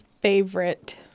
favorite